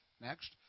Next